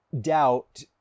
doubt